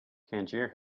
tangier